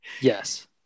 Yes